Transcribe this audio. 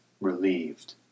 relieved